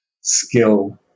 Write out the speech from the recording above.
skill